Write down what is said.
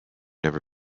never